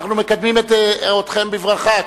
אנחנו מקדמים אתכן בברכה.